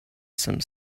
some